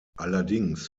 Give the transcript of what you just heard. allerdings